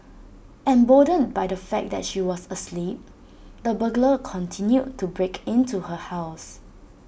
emboldened by the fact that she was asleep the burglar continued to break into her house